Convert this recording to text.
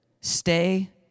Stay